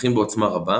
נוכחים בעוצמה רבה,